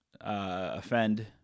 offend